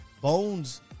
Bones